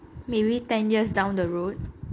maybe ten years down the road